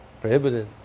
prohibited